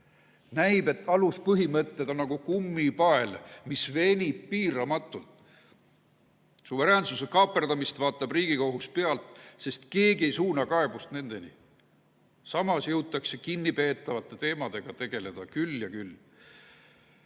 Näib, et aluspõhimõtted on nagu kummipael, mis venib piiramatult. Suveräänsuse kaaperdamist vaatab Riigikohus pealt, sest keegi ei suuna kaebust nendeni. Samas jõutakse kinnipeetavate teemadega tegeleda küll ja küll.